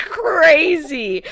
crazy